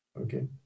Okay